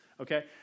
Okay